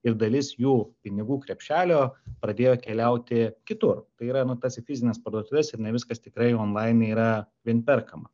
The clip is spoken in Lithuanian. ir dalis jų pinigų krepšelio pradėjo keliauti kitur tai yra nu tas į fizines parduotuves ir ne viskas tikrai onlaine yra vien perkama